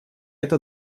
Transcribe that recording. это